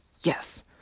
yes